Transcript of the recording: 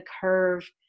curve